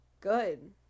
Good